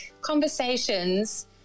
conversations